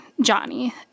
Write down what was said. Johnny